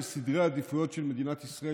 בסדרי העדיפויות של מדינת ישראל,